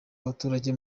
abaturage